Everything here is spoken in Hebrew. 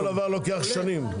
כל דבר לוקח שנים.